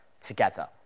together